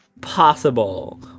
possible